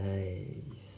!hais!